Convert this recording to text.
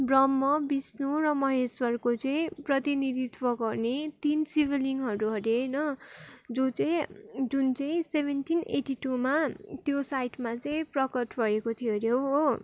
ब्रह्म विष्णु र महेश्वरको चाहिँ प्रतिनिधित्व गर्ने तिन शिवलिङ्गहरू अरे होइन जो चाहिँ जुन चाहिँ सेभेन्टिन एट्टी टूमा त्यो साइटमा चाहिँ प्रकट भएको थियो अरे हो